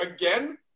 again